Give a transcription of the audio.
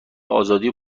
آزادی